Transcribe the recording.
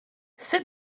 sit